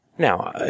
Now